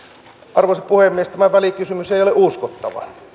arvoisa puhemies tämä välikysymys ei ole uskottava